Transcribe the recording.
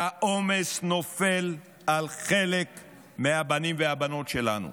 והעומס נופל על חלק מהבנים והבנות שלנו,